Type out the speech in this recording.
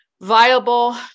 viable